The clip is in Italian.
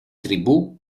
tribù